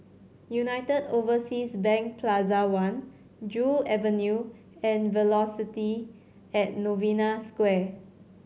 United Overseas Bank Plaza One Joo Avenue and Velocity at Novena Square